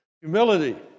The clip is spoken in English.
Humility